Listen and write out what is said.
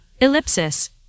ellipsis